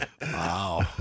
Wow